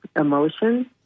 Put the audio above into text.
emotions